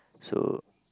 so